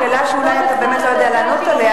שאלה שאולי אתה באמת לא יודע לענות עליה,